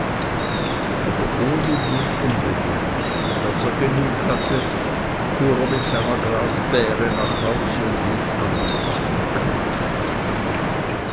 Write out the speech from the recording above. aber uli blieb unbeweglich und als er genug hatte fuhr er mit seiner grasbähre nach hause und ließ anne lisi im klee stehen